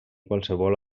qualsevol